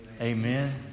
Amen